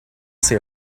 say